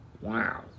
Wow